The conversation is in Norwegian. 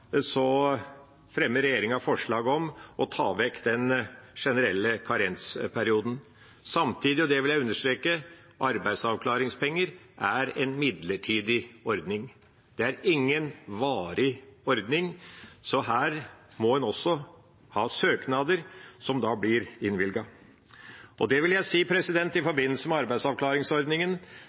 fremmer regjeringa forslag om å ta vekk den generelle karensperioden. Samtidig, og det vil jeg understreke, er arbeidsavklaringspenger en midlertidig ordning. Det er ingen varig ordning, så her må en også ha søknader som da blir innvilget. I forbindelse med arbeidsavklaringsordningen vil jeg si dette: Det er svært stort fokus på inntektssikringen i arbeidsavklaringsordningen.